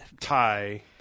tie